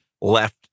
left